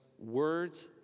words